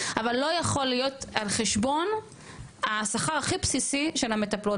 אבל לא יכול להיות על חשבון השכר הכי בסיסי של המטפלות,